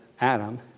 Adam